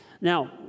Now